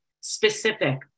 Specific